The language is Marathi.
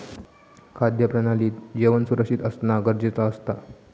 खाद्य प्रणालीत जेवण सुरक्षित असना गरजेचा असता